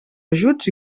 ajuts